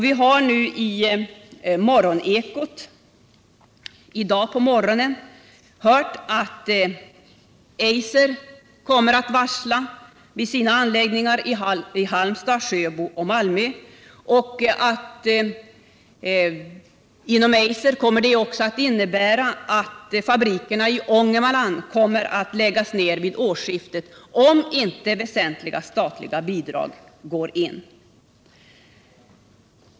Vi har i morgonekot i radion i dag hört att Eiser kommer att varsla vid sina anläggningar i Halmstad, Sjöbo och Malmö. Inom Eiser kommer man också att lägga ner fabrikerna i Ångermanland vid årsskiftet, om inte väsentliga statliga bidrag ges.